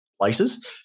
places